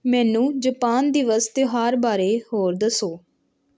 ਮੈਨੂੰ ਜਪਾਨ ਦਿਵਸ ਤਿਉਹਾਰ ਬਾਰੇ ਹੋਰ ਦੱਸੋ